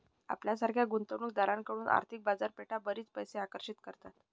आपल्यासारख्या गुंतवणूक दारांकडून आर्थिक बाजारपेठा बरीच पैसे आकर्षित करतात